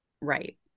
Right